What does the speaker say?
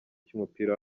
cy’umupira